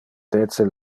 dece